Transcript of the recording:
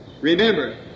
Remember